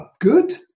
good